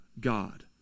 God